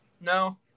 No